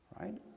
right